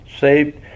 saved